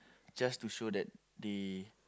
just to show that they